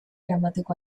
eramateko